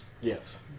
Yes